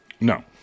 No